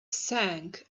sank